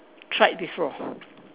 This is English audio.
tried before